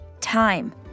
time